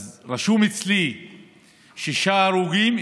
אז רשומים אצלי שישה הרוגים,